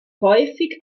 häufig